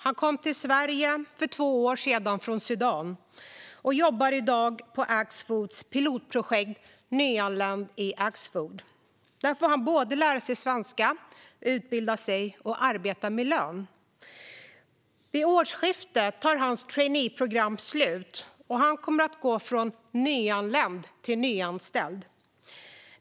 Han kom till Sverige för två år sedan från Sudan och jobbar i dag på Axfoods pilotprojekt Nyanländ i Axfood. Där får han både lära sig svenska, utbilda sig och arbeta med lön. Vid årsskiftet tar hans traineeprogram slut, och han kommer att gå från nyanländ till nyanställd.